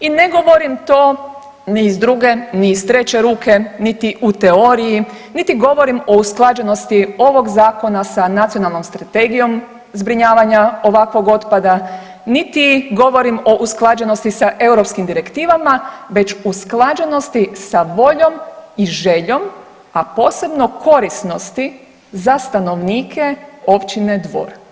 I ne govorim to ni iz druge, ni iz treće ruke, niti u teoriji niti govorimo o usklađenosti ovog Zakona sa nacionalnom Strategijom zbrinjavanja ovakvog otpada, niti govorim o usklađenosti sa europskim direktivama, već usklađenosti sa voljom i željom, a posebno korisnosti za stanovnike Općine Dvor.